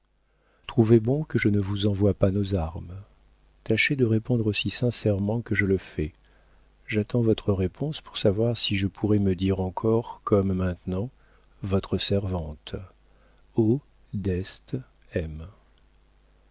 bon que je ne vous envoie pas nos armes tâchez de répondre aussi sincèrement que je le fais j'attends votre réponse pour savoir si je pourrai me dire encore comme maintenant votre servante o